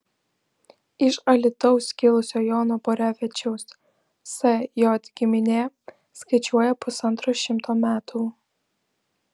iš alytaus kilusio jono borevičiaus sj giminė skaičiuoja pusantro šimto metų